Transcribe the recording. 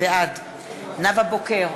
בעד נאוה בוקר,